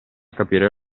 capire